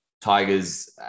Tigers